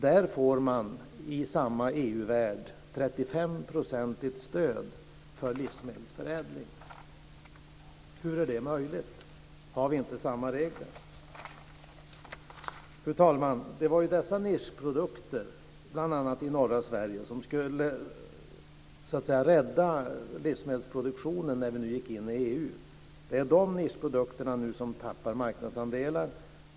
Där får man i samma EU-värld 35 procentigt stöd för livsmedelsförädling. Hur är det möjligt? Har vi inte samma regler? Fru talman! Det var dessa nischprodukter, bl.a. i norra Sverige, som skulle rädda livsmedelsproduktionen när vi gick in i EU. Det är de nischprodukterna som nu tappar marknadsandelar.